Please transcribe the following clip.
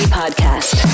podcast